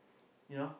you know